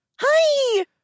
hi